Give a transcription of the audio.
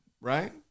right